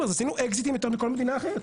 עשינו אקזיטים יותר מכל מדינה אחרת.